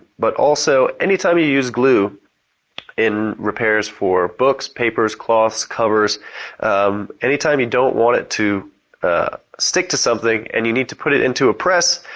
but also anytime you use glue in repairs for books, papers, cloths, covers anytime you don't want it to ah stick to something and you need to put it into a press,